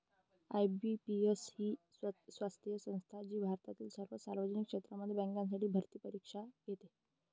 IBPS ही स्वायत्त संस्था आहे जी भारतातील सर्व सार्वजनिक क्षेत्रातील बँकांसाठी भरती परीक्षा घेते